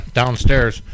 downstairs